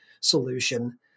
solution